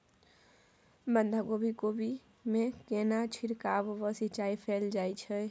बंधागोभी कोबी मे केना छिरकाव व सिंचाई कैल जाय छै?